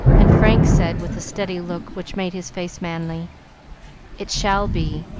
and frank said, with the steady look which made his face manly it shall be.